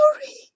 sorry